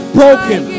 broken